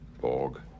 borg